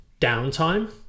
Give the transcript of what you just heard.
downtime